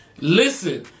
listen